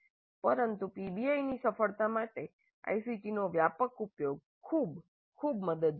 પરંતુ પીબીઆઈની સફળતા માટે આઇસીટીનો વ્યાપક ઉપયોગ ખૂબ ખૂબ મદદરૂપ થશે